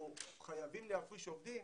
פה חייבים להפריש עובדים.